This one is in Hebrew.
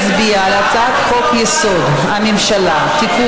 מי שיגיע לשדולה ויראה את התוצאות של הממ"מ ויראה